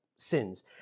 sins